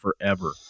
forever